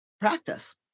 practice